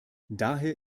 daher